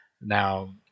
Now